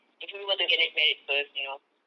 if we were to get married first you know